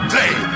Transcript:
day